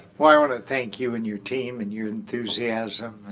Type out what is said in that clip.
well i want to thank you and your team and your enthusiasm,